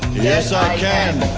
yes, i can